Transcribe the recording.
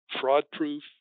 fraud-proof